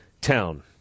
town